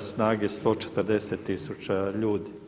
snage 140 tisuća ljudi.